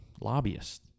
lobbyists